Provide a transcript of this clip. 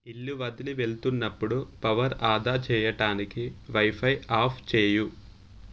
ఇల్లు వదిలి వెళ్తున్నప్పుడు పవర్ ఆదా చెయ్యటానికి వైఫై ఆఫ్ చేయు